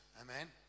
amen